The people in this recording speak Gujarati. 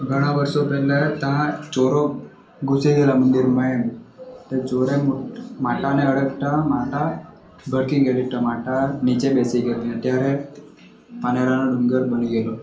ઘણાં વર્ષો પહેલા ત્યાં ચોરો ઘૂસી ગયેલા મંદિરમાં એમ તે ચોરે માતાને અડકતા માતા ભડકી ગયેલી ટ માતા નીચે બેસી ગયેલી ત્યારે પારનેરાનો ડુંગર બની ગયેલો